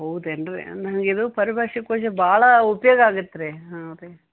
ಹೌದೇನು ರೀ ನನಗಿದು ಪಾರಿಭಾಷೆಕೋಶ ಭಾಳ ಉಪಯೋಗ ಆಗೈತೆ ರೀ ಹಾಂ ರೀ